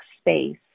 space